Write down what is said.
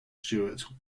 stuart